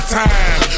time